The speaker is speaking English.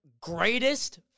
greatest